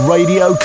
Radio